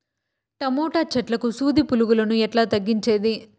Tomato చెట్లకు సూది పులుగులను ఎట్లా తగ్గించేది?